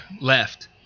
left